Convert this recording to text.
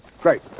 great